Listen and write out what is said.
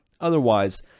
otherwise